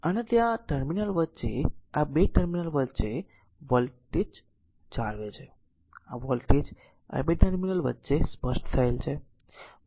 અને તે આ ટર્મિનલ વચ્ચે આ 2 ટર્મિનલ વચ્ચે ચોક્કસ વોલ્ટેજ જાળવે છે આ વોલ્ટેજ આ 2 ટર્મિનલ વચ્ચે સ્પષ્ટ થયેલ છે